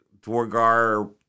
Dwargar